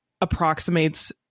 approximates